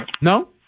No